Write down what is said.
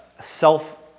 self